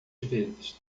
vezes